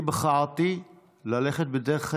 אני בחרתי ללכת בדרך הישר,